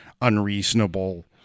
unreasonable